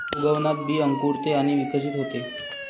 उगवणात बी अंकुरते आणि विकसित होते